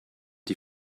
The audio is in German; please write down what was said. die